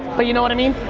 but you know what i mean?